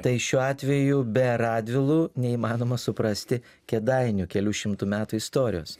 tai šiuo atveju be radvilų neįmanoma suprasti kėdainių kelių šimtų metų istorijos